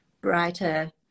brighter